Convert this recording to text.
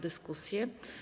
dyskusję.